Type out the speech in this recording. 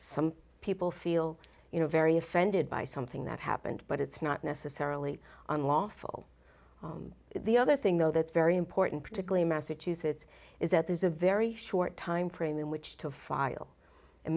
some people feel you know very offended by something that happened but it's not necessarily unlawful the other things that's very important particularly massachusetts is that there's a very short timeframe in which to file